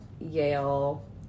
Yale